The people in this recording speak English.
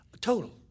total